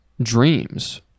dreams